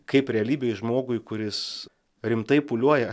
kaip realybėj žmogui kuris rimtai pūliuoja